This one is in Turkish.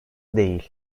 değil